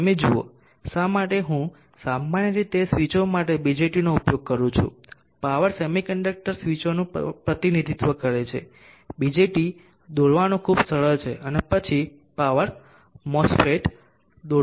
તમે જુઓ શા માટે હું સામાન્ય રીતે સ્વીચો માટે BJTનો ઉપયોગ કરું છું પાવર સેમિકન્ડક્ટર સ્વીચોનું પ્રતિનિધિત્વ કરે છે BJT દોરવાનું ખૂબ સરળ છે પછી પાવર MOSFET દોરો